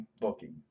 booking